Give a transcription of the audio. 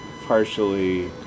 partially